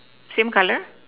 same color